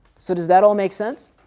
so does that all make sense?